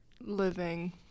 living